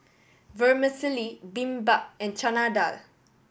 Vermicelli Bibimbap and Chana Dal